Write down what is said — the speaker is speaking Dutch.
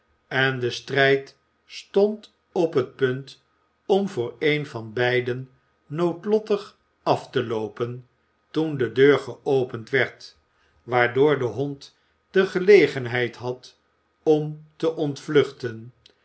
en de strijd stond op het punt om voor een van beiden noodlottig af te loopen toen de deur geopend werd waardoor de hond gelegenheid had om te ontvluchten